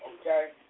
Okay